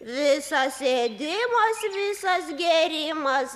visas ėdimas visas gėrimas